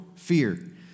Fear